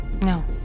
No